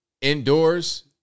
indoors